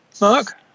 Mark